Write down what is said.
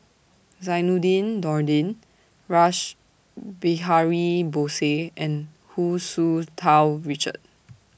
Zainudin Nordin Rash Behari Bose and Hu Tsu Tau Richard